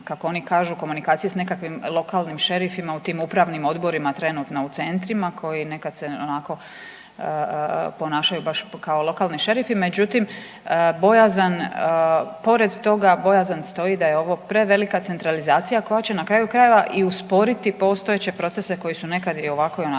kako oni kažu komunikacije s nekakvim lokalnim šerifima u tim upravnim odborima trenutno u centrima koji nekad se onako ponašaju baš kao lokalni šerifi, međutim bojazan, pored toga bojazan stoji da je ovo prevelika centralizacija koja će na kraju krajeva i usporiti postojeće procese koji su nekad i ovako i onako već